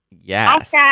Yes